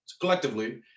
collectively